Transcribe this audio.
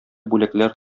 бүләкләр